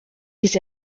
ließ